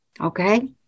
Okay